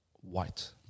white